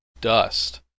Dust